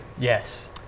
Yes